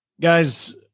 Guys